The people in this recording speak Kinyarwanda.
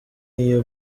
iyo